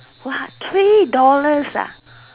what three dollars